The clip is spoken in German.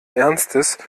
ernstes